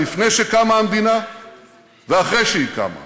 שמפני שאתה לא נותן להם אפשרות להתחתן פה,